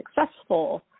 successful